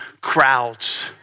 crowds